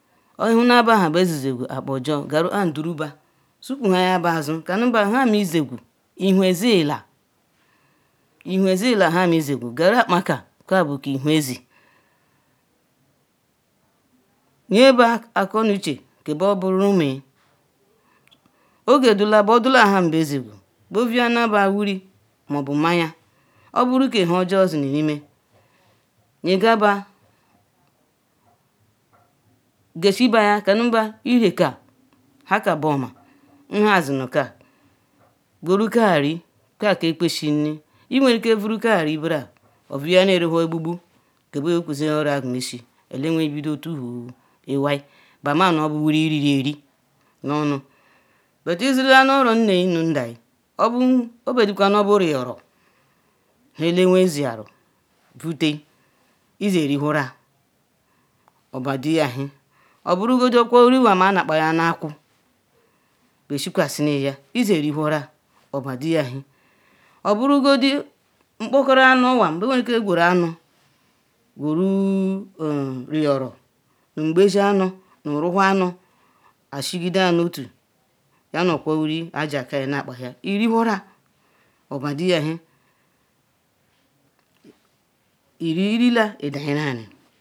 Ihuna bua bebeziziywu akpan ojor yaru kpam duru baa so kuyaya ba azu kanu baa nham Izigwu ehe zila ehe zila nham izizigwu garu akpan ka kar bu ke ehewe zi yeba akonuche kebaburume oge dula nhan bezigwu, bevuyana ba mini mobu mayia oburuke nhujor ziri nurime yekaba kasibaya Irie ka nhakam buoma nhazinuka gwuru ka ri ka buke kwesine Iwerike vuru ka ri nbram ovu-yanu Ruwhor ngbugbu kebeye okuzi oro-egwumesi elewt bido otuwu Iwai bama nu obu wuri Irieri nuonu. But Idila, ni oronne nu ndayi obediko Iyoro bu nhe elewhe nzoyaru vute Iyerihura obadu ewhi oburubedi okwokwo iriwan anukpayi nu ku be shikwashiri ya Ize-erihuru obadu ewhi oburugodi nkpokoro anuwan bewerike gweru anu gweru Iyoro nu ngbeji anu nu ruwhor anu ashigida nu otu yanu okwokwo wuri ajiakayi na kpaya izi-erihurua obedu ewhi iri irila Idahiri ali